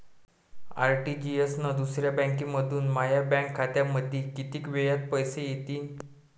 RTGS न दुसऱ्या बँकेमंधून माया बँक खात्यामंधी कितीक वेळातं पैसे येतीनं?